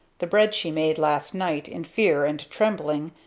the bread she made last night in fear and trembling,